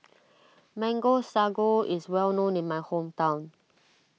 Mango Sago is well known in my hometown